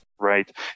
Right